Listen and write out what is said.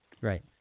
right